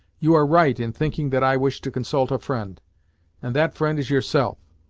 you are right in thinking that i wish to consult a friend and that friend is yourself.